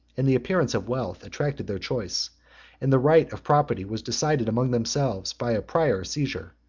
and the appearance of wealth, attracted their choice and the right of property was decided among themselves by a prior seizure,